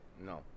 No